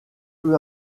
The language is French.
peu